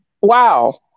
wow